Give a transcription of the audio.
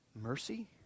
mercy